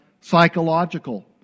psychological